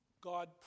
God